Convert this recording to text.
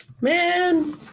man